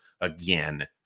again